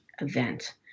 event